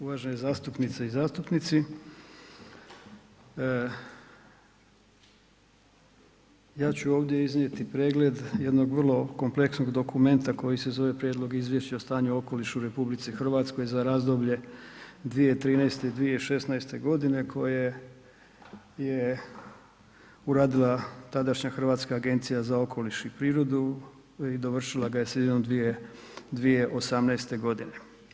uvažene zastupnice i zastupnici ja ću ovdje iznijeti pregled jednog vrlo kompleksnog dokumenta koji se zove Prijedlog Izvješća o stanju u okolišu u RH za razdoblje 2013. – 2016. godine koje je uradila tadašnja Hrvatska agencija za okoliš i prirodu i dovršila ga je sredinom 2018., 2018. godine.